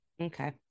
Okay